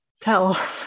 tell